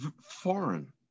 foreign